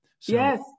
Yes